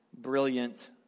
brilliant